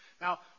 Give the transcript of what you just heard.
Now